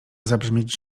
zabrzmieć